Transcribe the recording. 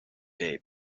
day